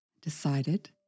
decided